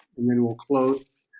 and then we'll close.